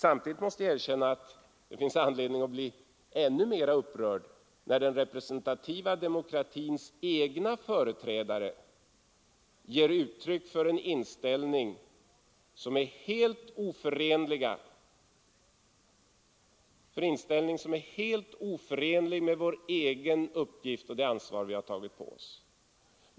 Samtidigt måste jag erkänna att det finns anledning att bli än mer upprörd, när den representativa demokratins egna företrädare ger uttryck för en inställning, som är helt oförenlig med vår egen uppgift och det ansvar vi tagit på oss.